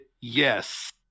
yes